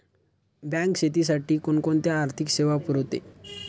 Bank शेतीसाठी कोणकोणत्या आर्थिक सेवा पुरवते?